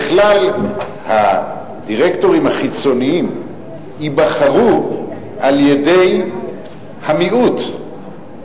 בכלל הדירקטורים החיצוניים ייבחרו על-ידי המיעוט,